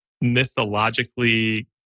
mythologically